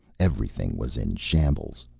everything was in shambles.